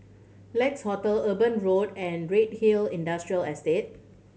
Lex Hotel Eben Road and Redhill Industrial Estate